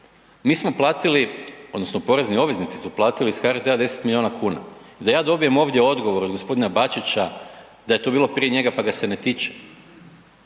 Mi smo platili odnosno porezni obveznici su platili s HRT-a 10 milijuna kuna i da ja dobijem ovdje odgovor od g. Bačića da je to bilo prije njega, pa ga se ne tiče,